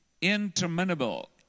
interminable